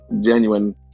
genuine